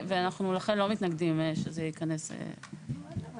ולכן אנחנו לא מתנגדים שזה ייכנס לנוסח.